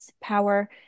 power